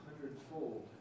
hundredfold